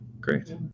Great